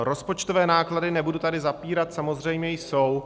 Rozpočtové náklady nebudu tady zapírat samozřejmě jsou.